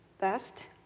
best